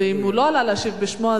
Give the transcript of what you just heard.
ואם הוא לא עלה להשיב בשמו,